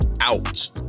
out